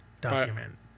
document